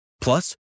Plus